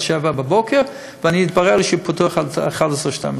עד 07:00 ויתברר לי שהוא פתוח עד 24:00-23:00.